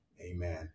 Amen